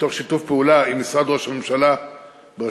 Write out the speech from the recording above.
מתוך שיתוף פעולה עם משרד ראש הממשלה בראשות